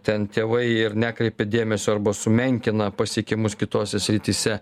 ten tėvai ir nekreipia dėmesio arba sumenkina pasiekimus kitose srityse